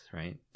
right